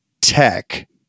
tech